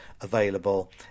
available